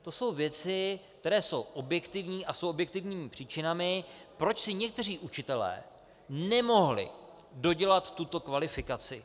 To jsou věci, které jsou objektivní a jsou objektivními příčinami, proč si někteří učitelé nemohli dodělat tuto kvalifikaci.